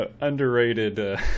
underrated